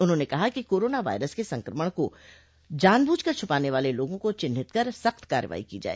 उन्होंने कहा कि कोरोना वायरस के संक्रमण को जानबूझकर छिपाने वाले लोगों को चिन्हित कर सख्त कार्यवाही की जाए